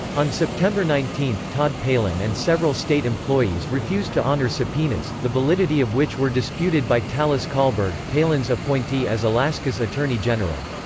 on september nineteen, todd palin and several state employees refused to honor subpoenas, the validity of which were disputed by talis colberg, palin's appointee as alaska's attorney general.